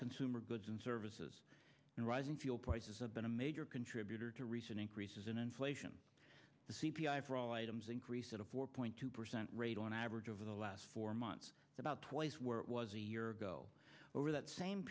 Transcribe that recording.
consumer goods and services and rising fuel prices have been a major contributor to recent increases in inflation the c p i for all items increase at a four point two percent rate on average over the last four months about twice were was a year ago over that same